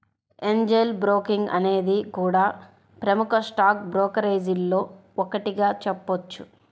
Angel Broking అనేది కూడా ప్రముఖ స్టాక్ బ్రోకరేజీల్లో ఒకటిగా చెప్పొచ్చు